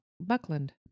Buckland